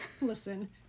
Listen